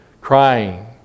crying